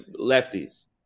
lefties